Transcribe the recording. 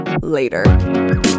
later